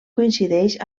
coincideix